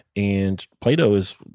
and plato is